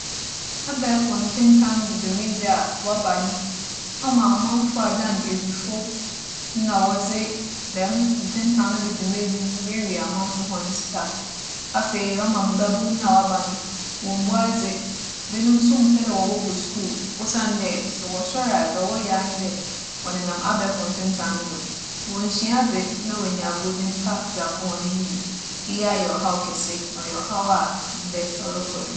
Abaefor ntentan do dwumadzi a ͻaba no ama amamfo adan ewifo na wͻdze dɛm ntentan no do dwumadzi dze wiawia amamfo hͻn sika. Afei, ͻama mbabun na wͻaba no, wommbua adze. Binom so mmpɛ dɛ wͻbͻkͻ skuul osiandɛ sɛ wͻsoɛr a dza wͻyɛ ara nye dɛ, wͻnenam abaefor ntentan no do. Wonnsua adze na woeenya abͻdzin pa wͻdze akͻ hͻn enyim. Iyi ayɛ ͻhaw kɛse, na ͻyɛ ͻhaw a ndɛ ͻrokͻ do.